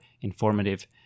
informative